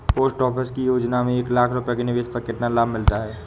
Post office की योजना में एक लाख रूपए के निवेश पर कितना लाभ मिलता है?